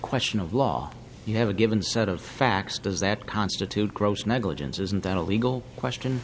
question of law you have a given set of facts does that constitute gross negligence and then a legal question